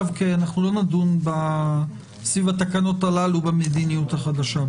כי עכשיו אנחנו לא נדון סביב התקנות הללו במדיניות החדשה.